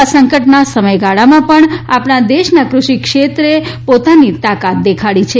આ સંકટના સમયગાળામાં પણ આપણા દેશના કૃષિક્ષેત્રે પોતાની તાકાત દેખાડી છે